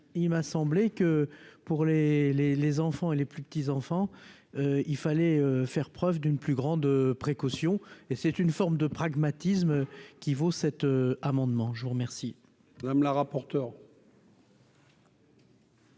il m'a semblé que pour les, les, les enfants et les plus petits enfants, il fallait faire preuve d'une plus grande précaution et c'est une forme de pragmatisme qui vaut cet amendement, je vous remercie. Madame la rapporteure.